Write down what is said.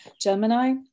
Gemini